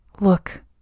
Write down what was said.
look